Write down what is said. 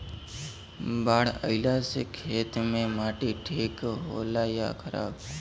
बाढ़ अईला से खेत के माटी ठीक होला या खराब?